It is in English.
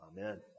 Amen